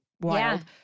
wild